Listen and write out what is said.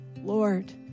Lord